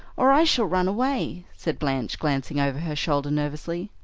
or i shall run away, said blanche, glancing over her shoulder nervously.